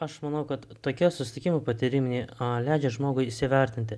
aš manau kad tokie susitikimai patyriminiai a leidžia žmogui įsivertinti